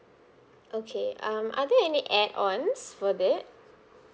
okay um are there any add ons for that